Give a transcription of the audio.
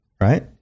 Right